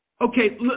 Okay